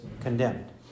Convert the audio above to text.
condemned